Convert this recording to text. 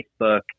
Facebook